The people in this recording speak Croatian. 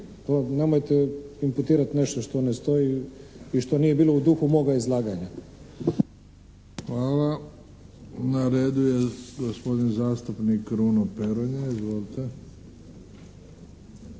nemojte imputirati nešto što ne stoji i što nije bilo u duhu moga izlaganja. **Bebić, Luka (HDZ)** Hvala. Na redu je gospodin zastupnik Kruno Peronja. Izvolite.